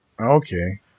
Okay